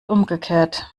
umgekehrt